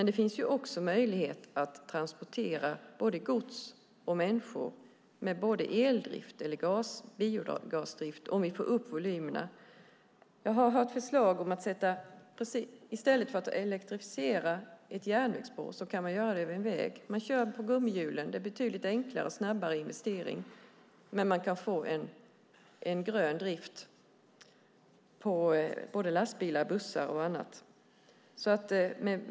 Det finns också möjlighet att transportera gods och människor med både eldrift eller biogasdrift om vi får upp volymerna. Jag har hört förslag om att i stället för att elektrifiera ett järnvägsspår kan en väg elektrifieras. Man kör på gummihjul. Det är en betydligt enklare och snabbare investering med grön drift på lastbilar, bussar och andra fordon.